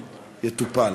יטופל.